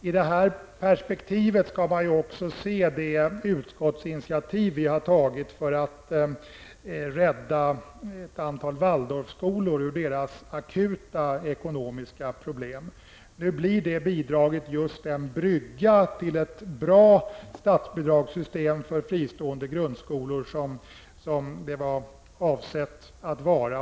I det perspektivet skall man också se det utskottsinitiativ vi har tagit för att rädda ett antal Waldorfskolor ur deras akut ekonomiska problem. Nu blir detta bidrag den brygga till ett bra statsbidragssystem för fristående grundskolor som det var avsett att vara.